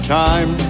time